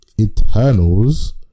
Eternals